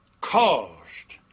caused